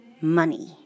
Money